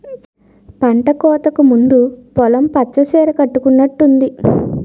పంటకోతకు ముందు పొలం పచ్చ సీర కట్టుకునట్టుంది